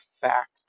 fact